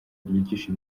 ryigisha